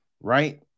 right